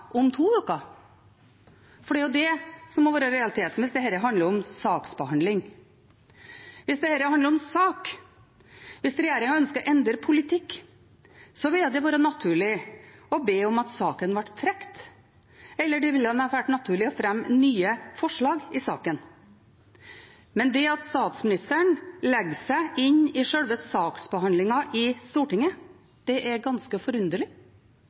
om to uker? Det er det som hadde vært realiteten hvis dette handler om saksbehandling. Hvis dette handler om sak, hvis regjeringen ønsker å endre politikk, ville det vært naturlig å be om at saken ble trukket, eller det ville vært naturlig å fremme nye forslag i saken. Det at statsministeren legger seg inn i sjølve saksbehandlingen i Stortinget, er ganske forunderlig.